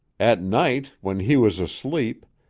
at night, when he was asleep,